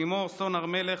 לימור סון הר מלך,